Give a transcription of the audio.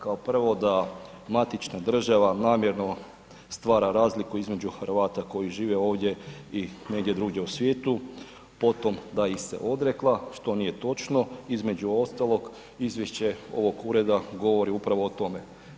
Kao prvo da matična država namjerno stvara razliku između Hrvata koji žive ovdje i negdje drugdje u svijetu, potom da ih se odrekla, što nije točno, između ostalog izvješće ovog ureda govori upravo o tome.